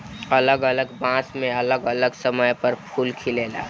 अलग अलग बांस मे अलग अलग समय पर फूल खिलेला